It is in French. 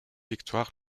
victoire